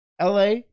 LA